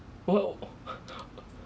!whoa!